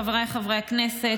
חבריי חברי הכנסת,